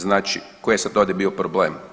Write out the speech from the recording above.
Znači koji je sad ovdje bio problem?